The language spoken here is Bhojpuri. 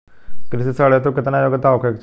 कृषि ऋण हेतू केतना योग्यता होखे के चाहीं?